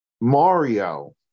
Mario